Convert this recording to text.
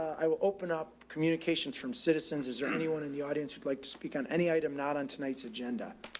i will open up communications from citizens. is there anyone in the audience who'd like to speak on any item? not on tonight's agenda,